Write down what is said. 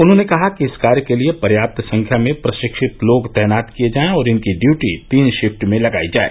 उन्होंने कहा कि इस कार्य के लिये पर्याप्त संख्या में प्रशिक्षित लोग तैनात किये जाएं और इनकी ड्यूटी तीन शिफ्ट में लगायी जाए